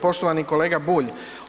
Poštovani kolega Bulj.